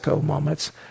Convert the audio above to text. moments